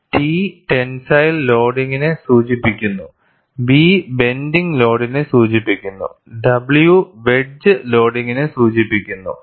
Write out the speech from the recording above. T tensile ലോഡിംഗിനെ സൂചിപ്പിക്കുന്നു B bending ലോഡിനെ സൂചിപ്പിക്കുന്നു W വെഡ്ജ് ലോഡിംഗിനെ സൂചിപ്പിക്കുന്നു